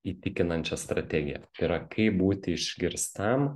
įtikinančią strategiją tai yra kaip būti išgirstam